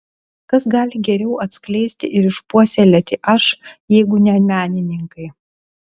kas gali geriau atskleisti ir išpuoselėti aš jeigu ne menininkai